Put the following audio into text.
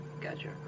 Gotcha